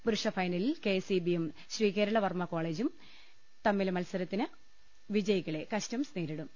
പുരുഷ ഫൈനലിൽ കെഎസ്ഇബിയും ശ്രീ കേരള വർമ കോളജും തമ്മിലെ മത്സരത്തിലെ വിജയികളെ കസ്റ്റംസ് നേരിടും